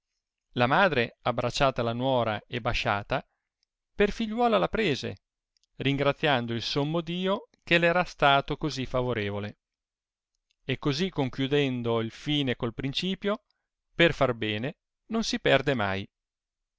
la madre abbraccciata la nuora e basciata per figliuola la prese ringraziando il sommo dio che r era stato così favorevole e così conchiudendo il fine col principio per far bene non si perde mai